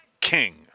King